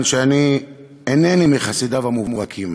שאני אינני מחסידיו המובהקים,